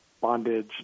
bondage